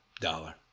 Dollar